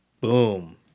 Boom